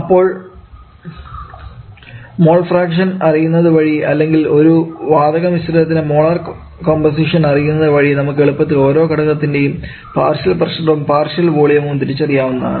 അപ്പോൾ mole fraction അറിയുന്നത് വഴി അല്ലെങ്കിൽ ഒരു വാതക മിശ്രിതത്തിൻറെ മോളാർ കമ്പോസിഷൻ അറിയുന്നത് വഴി നമുക്ക് എളുപ്പത്തിൽ ഓരോ ഘടകത്തിൻറെയും പാർഷ്യൽ പ്രഷറും പാർഷ്യൽ വോളിയവും തിരിച്ചറിയാവുന്നതാണ്